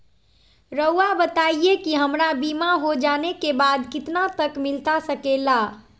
रहुआ बताइए कि हमारा बीमा हो जाने के बाद कितना तक मिलता सके ला?